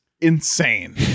insane